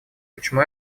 почему